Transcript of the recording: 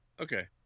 Okay